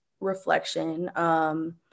reflection